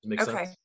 Okay